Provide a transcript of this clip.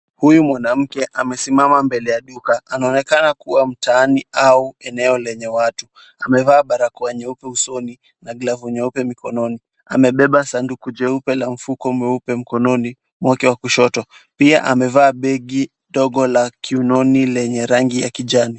Huyu mwanamke amesimama mbele ya duka, anaonekana kuwa mtaani au eneo lenye watu. Amevaa barakoa nyeupe usoni na glavu nyeupe mikononi. Amebeba sanduku jeupe la mfuko mweupe mkononi mwake wa kushoto. Pia amevaa begi dogo la kiunoni lenye rangi ya kijani.